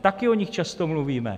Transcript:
Také o nich často mluvíme.